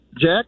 Jack